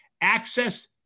access